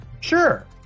Sure